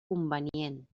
convenient